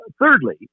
Thirdly